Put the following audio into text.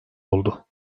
oldu